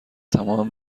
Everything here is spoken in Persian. تمام